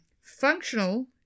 Functional